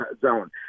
zone